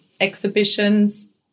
exhibitions